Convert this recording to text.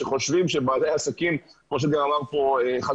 שחושבים שבעלי עסקים כמו שאמר כאן אחד